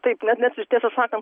taip nes mes ir tiesą sakant